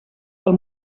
del